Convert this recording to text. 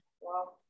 Wow